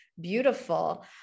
beautiful